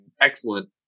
excellent